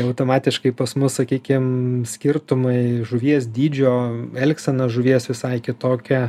automatiškai pas mus sakykim skirtumai žuvies dydžio elgsena žuvies visai kitokia